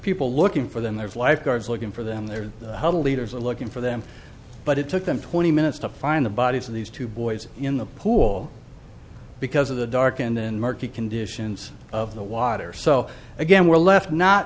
people looking for them there's lifeguards looking for them they're huddled leaders are looking for them but it took them twenty minutes to find the bodies of these two boys in the pool because of the dark and murky conditions of the water so again we're left not